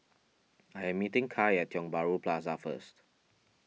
I am meeting Kai at Tiong Bahru Plaza first